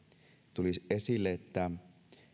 tuli esille että